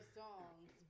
songs